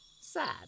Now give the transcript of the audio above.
sad